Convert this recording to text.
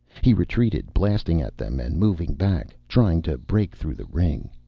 he retreated, blasting at them and moving back, trying to break through the ring.